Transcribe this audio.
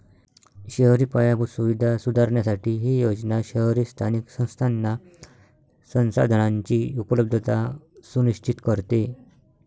शहरी पायाभूत सुविधा सुधारण्यासाठी ही योजना शहरी स्थानिक संस्थांना संसाधनांची उपलब्धता सुनिश्चित करते